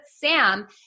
Sam